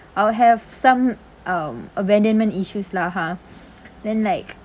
I'll have some um abandonment issues lah ha then like